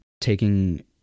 taking